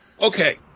Okay